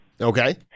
Okay